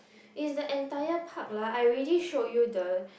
it is the entire part lah I already showed you the